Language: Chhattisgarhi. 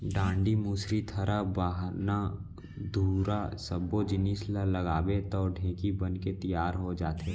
डांड़ी, मुसरी, थरा, बाहना, धुरा सब्बो जिनिस ल लगाबे तौ ढेंकी बनके तियार हो जाथे